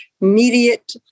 immediate